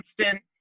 constant